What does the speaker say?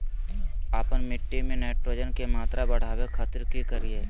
आपन मिट्टी में नाइट्रोजन के मात्रा बढ़ावे खातिर की करिय?